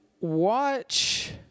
watch